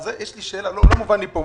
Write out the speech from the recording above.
משהו פה לא מובן לי.